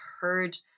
heard